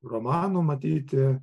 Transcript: romanų matyti